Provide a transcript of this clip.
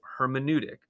hermeneutic